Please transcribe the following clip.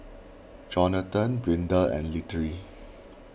Johnathon Brinda and Littie